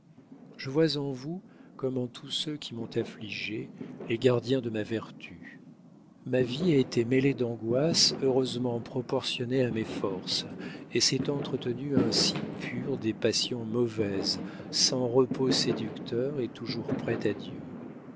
je vois en vous comme en tous ceux qui m'ont affligée les gardiens de ma vertu ma vie a été mêlée d'angoisses heureusement proportionnées à mes forces et s'est entretenue ainsi pure des passions mauvaises sans repos séducteur et toujours prête à dieu